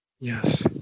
Yes